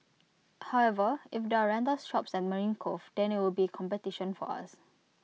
however if there are rental shops at marine Cove then IT would be competition for us